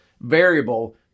variable